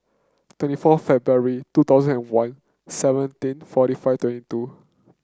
twenty fourth February two thousand and one seventeen forty five twenty two